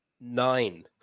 nine